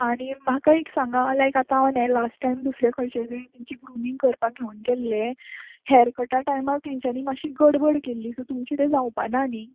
आनी म्हाका एक सांगा लायक आतां हांव न्ही लास्ट टायम दुसरे खंयचे तेंची ग्रुमींग करपाक घेवन गेल्ले हेअर कटा टायमार तेंच्यानी मातशी गडबड केल्ली सो तुमची तें जावपा ना न्ही